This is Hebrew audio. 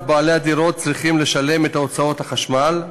בעלי הדירות צריכים לשלם את הוצאות החשמל,